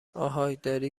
اهای، داری